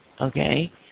Okay